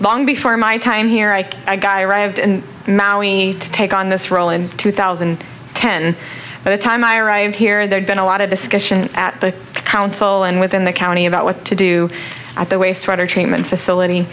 long before my time here ike a guy arrived in maui to take on this role in two thousand and ten but the time i arrived here there's been a lot of discussion at the council and within the county about what to do at the waste water treatment facility